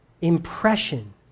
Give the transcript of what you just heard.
impression